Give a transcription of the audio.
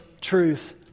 truth